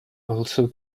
also